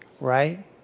right